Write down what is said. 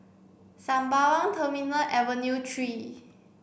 Sembawang Terminal Avenue three